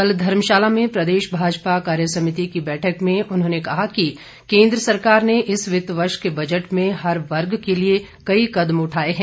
कल धर्मशाला में प्रदेश भाजपा कार्यसमिति की बैठक में उन्होंने कहा कि केन्द्र सरकार ने इस वित्त वर्ष के बजट में हर वर्ग के लिए कई कदम उठाए गए हैं